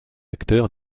acteur